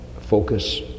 focus